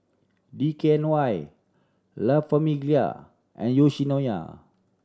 D K N Y La Famiglia and Yoshinoya